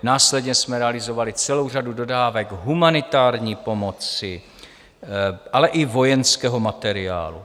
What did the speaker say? Následně jsme realizovali celou řadu dodávek humanitární pomoci, ale i vojenského materiálu.